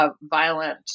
violent